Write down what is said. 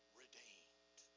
redeemed